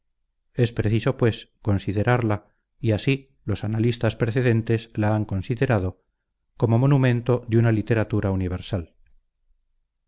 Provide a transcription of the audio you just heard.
es preciso pues considerarla y así los analistas precedentes la han considerado como monumento de una literatura universal